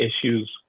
issues